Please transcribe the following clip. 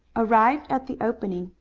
arrived at the opening,